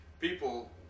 people